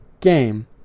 game